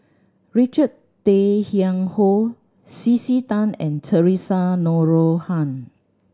Richard Tay Tian Hoe C C Tan and Theresa Noronha